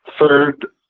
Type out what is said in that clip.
Third